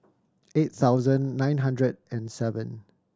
eight thousand nine hundred and seven